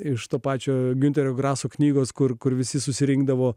iš to pačio giunterio graso knygos kur kur visi susirinkdavo